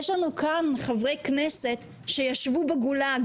יש לנו כאן חברי כנסת שישבו בגולג,